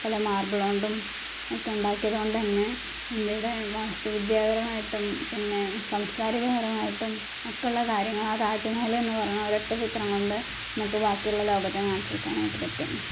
പിന്നെ മാർബിൾ കൊണ്ടും ഒക്കെ ഉണ്ടാക്കിയതുകൊണ്ടുതന്നെ ഇന്ത്യയുടെ വാസ്തുവിദ്യാപരമായിട്ടും പിന്നെ സംസ്കാരികപരമായിട്ടും ഒക്കെ ഉള്ള കാര്യങ്ങൾ ആ താജ് മഹൽ എന്ന് പറയുന്ന ഒരൊറ്റ ചിത്രം കൊണ്ട് നമുക്ക് ബാക്കിയുള്ള ലോകത്തെ കാണിച്ചുകൊടുക്കാനായിട്ട് പറ്റും